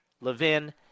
Levin